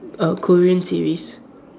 a Korean series